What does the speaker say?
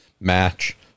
match